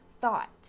thought